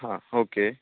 हा ओके हा